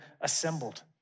assembled